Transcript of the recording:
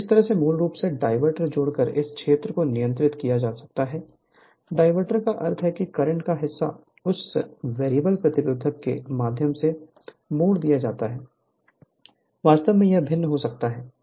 इस तरह से मूल रूप से डायवर्टर जोड़कर इस क्षेत्र को नियंत्रित किया जा सकता है डायवर्टर का अर्थ है कि करंट का हिस्सा इस वेरिएबल प्रतिरोध के माध्यम से मोड़ दिया जाता है वास्तव में यह भिन्न हो सकता है